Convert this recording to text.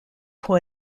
pour